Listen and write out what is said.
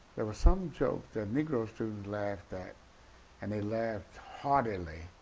there was some jokes that negro students laughed at and they laughed heartily.